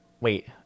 Wait